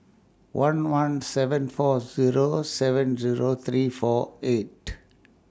one one seven four Zero seven Zero three four eight